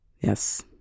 yes